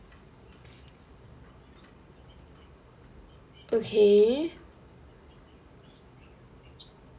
okay